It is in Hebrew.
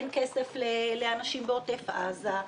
אין כסף לאנשים בעוטף עזה.